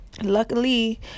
Luckily